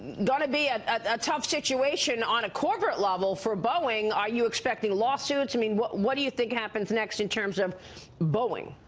going to be ah a tough situation on a corporate level for boeing, are you expecting lawsuits, i mean what what do you think happens next in terms of boeing?